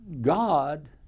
God